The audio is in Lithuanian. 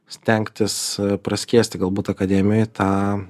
stengtis praskiesti galbūt akademijoj tą